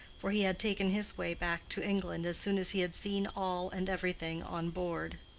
for he had taken his way back to england as soon as he had seen all and everything on board.